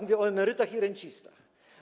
Mówię o emerytach i rencistach.